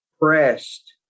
pressed